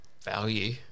Value